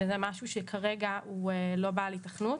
עם משרד האוצר וזה משהו שכרגע הוא לא בעל היתכנות.